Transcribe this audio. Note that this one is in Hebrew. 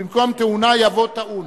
ובמקום "טעונה" יבוא "טעון".